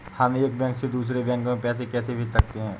हम एक बैंक से दूसरे बैंक में पैसे कैसे भेज सकते हैं?